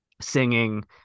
singing